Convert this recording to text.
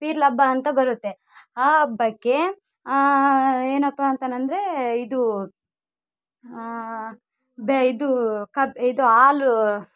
ಪೀರ್ಲು ಹಬ್ಬ ಅಂತ ಬರುತ್ತೆ ಆ ಹಬ್ಬಕ್ಕೆ ಏನಪ್ಪ ಅಂತನಂದರೆ ಇದು ಬೆ ಇದು ಕಬ್ಬು ಇದು ಹಾಲು